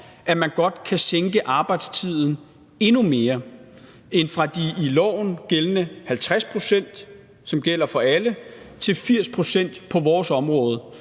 område godt kan sænke arbejdstiden endnu mere end fra de i loven gældende 50 pct., som gælder for alle, til 80 pct. Og det